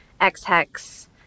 X-Hex